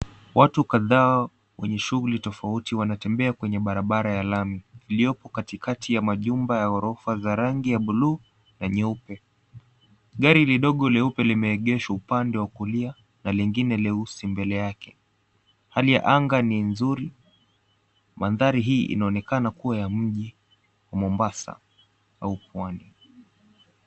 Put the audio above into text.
Watu kadhaa wenye shughuli tofauti wanatembea kwenye barabara ya lami, iliyopo katikati ya majumba ya ghorofa ya rangi ya buluu na nyeupe. Gari lidogo leupe limeegeshwa upande wa kulia na lingine leusi mbele yake. Hali ya anga ni nzuri, mandhari hii inaonekana kuwa ya mji wa Mombasa au Pwani.